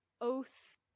oath